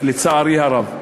לצערי הרב,